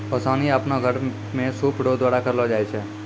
ओसानी आपनो घर मे सूप रो द्वारा करलो जाय छै